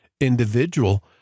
individual